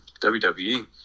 WWE